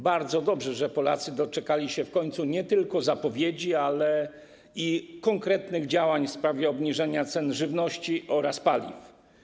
Bardzo dobrze, że Polacy doczekali się w końcu nie tylko zapowiedzi, ale i konkretnych działań w sprawie obniżenia cen żywności oraz paliw.